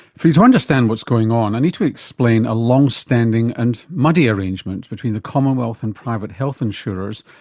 for you to understand what's going on, i need to explain a long-standing and muddy arrangement between the commonwealth and private health insurers,